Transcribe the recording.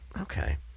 Okay